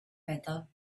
metal